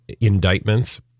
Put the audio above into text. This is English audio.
indictments